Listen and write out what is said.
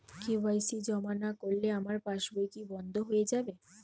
KYC জমা না করলে আমার পাসবই কি বন্ধ হয়ে যাবে?